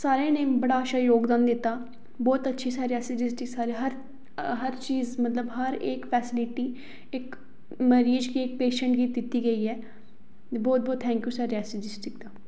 सारें जनें बड़ा अच्छा जोगदान दित्ता बहुत अच्छी ही रियासी डिस्ट्रिक्ट हर चीज़ मतलब हर इक्क फेस्लिटी मरीज़ें गी मतलब पेशैंट गी दित्ती गेई ऐ ते बहुत बहुत thank you sir Reasi district दा